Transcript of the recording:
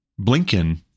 Blinken